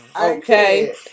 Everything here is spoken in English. Okay